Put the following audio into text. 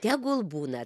tegul būna